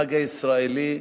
הנהג הישראלי,